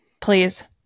Please